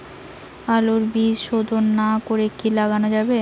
আলুর বীজ শোধন না করে কি লাগানো যাবে?